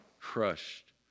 crushed